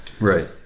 Right